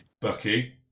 Bucky